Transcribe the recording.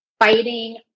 fighting